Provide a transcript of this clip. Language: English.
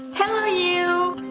hello you!